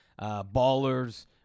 Ballers